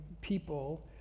people